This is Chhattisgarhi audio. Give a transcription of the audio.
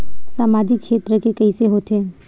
सामजिक क्षेत्र के कइसे होथे?